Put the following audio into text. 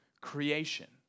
creation